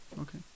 Okay